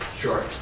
Sure